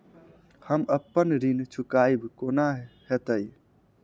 हम अप्पन ऋण चुकाइब कोना हैतय?